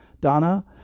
Donna